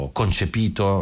concepito